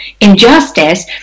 injustice